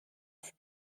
fut